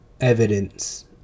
evidence